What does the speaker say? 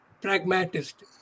pragmatist